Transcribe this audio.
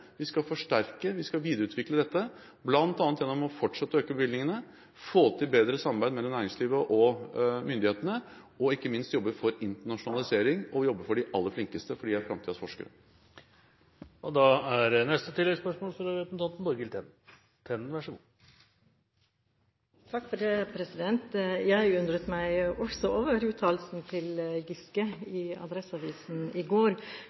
Vi skal forsterke og videreutvikle dette bl.a. gjennom å fortsette å øke bevilgningene, få til bedre samarbeid mellom næringslivet og myndighetene og ikke minst jobbe for internasjonalisering og jobbe for de aller flinkeste, for de er framtidens forskere. Borghild Tenden – til oppfølgingsspørsmål. Jeg undret meg også over uttalelsen til Giske i Adresseavisen i går, men jeg